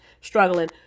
struggling